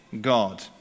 God